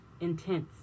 intense